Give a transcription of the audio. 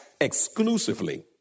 exclusively